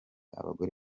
abagore